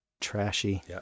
Trashy